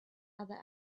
other